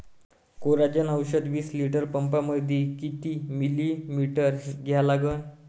Coragen औषध विस litre पंपामंदी किती मिलीमिटर घ्या लागन?